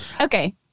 Okay